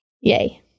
yay